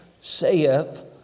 saith